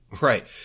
Right